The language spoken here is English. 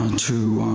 and to.